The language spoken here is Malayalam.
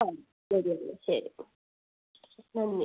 ആ ശരി അമ്മ ശരി നന്ദി